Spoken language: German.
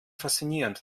faszinierend